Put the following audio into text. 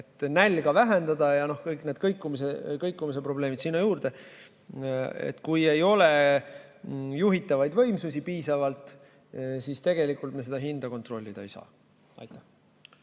nälga vähendada, ja kõik need kõikumise probleemid sinna juurde. Kui ei ole juhitavaid võimsusi piisavalt, siis tegelikult me seda hinda kontrollida ei saa. Riho